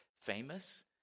famous